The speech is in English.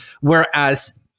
Whereas